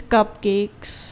Cupcakes